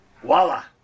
voila